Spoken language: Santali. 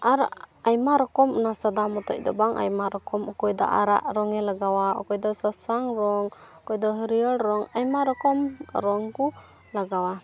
ᱟᱨ ᱟᱭᱢᱟ ᱨᱚᱠᱚᱢ ᱚᱱᱟ ᱥᱟᱫᱟ ᱢᱚᱛᱚ ᱫᱚ ᱵᱟᱝ ᱚᱱᱟ ᱟᱭᱢᱟ ᱨᱚᱠᱚᱢ ᱚᱠᱚᱭ ᱫᱚ ᱟᱨᱟᱜ ᱨᱚᱝᱮ ᱞᱟᱜᱟᱣᱟ ᱚᱠᱚᱭ ᱫᱚ ᱥᱟᱥᱟᱝ ᱨᱚᱝ ᱚᱠᱚᱭ ᱫᱚ ᱦᱟᱹᱨᱭᱟᱹᱲ ᱨᱚᱝ ᱟᱭᱢᱟ ᱨᱚᱠᱚᱢ ᱨᱚᱝ ᱠᱚ ᱞᱟᱜᱟᱣᱟ